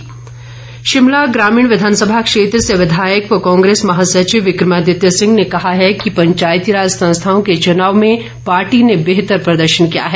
विक्रमादित्य शिमला ग्रामीण विधानसभा क्षेत्र से विधायक व कांग्रेस महासचिव विक्रमादित्य सिंह ने कहा है कि पंचायतीराज संस्थाओं के चुनाव में पार्टी ने बेहतर प्रदर्शन किया है